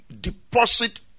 Deposit